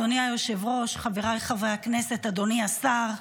אדוני היושב-ראש, חבריי חברי הכנסת, אדוני השר,